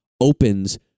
opens